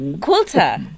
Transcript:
Quilter